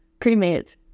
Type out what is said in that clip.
cremated